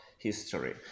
history